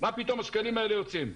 מה פתאום השקלים האלה יוצאים.